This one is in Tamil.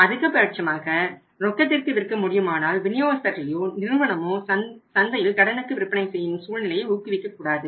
அதிகபட்சமாக ரொக்கத்திற்கு விற்க முடியுமானால் விநியோகஸ்தர்களையோ நிறுவனமோ சந்தையில் கடனுக்கு விற்பனை செய்யும் சூழ்நிலையை ஊகுவிக்கக்கூடாது